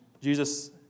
Jesus